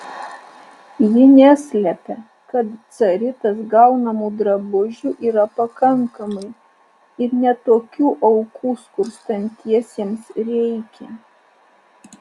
ji neslepia kad caritas gaunamų drabužių yra pakankamai ir ne tokių aukų skurstantiesiems reikia